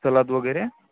salad वगैरे